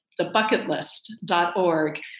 thebucketlist.org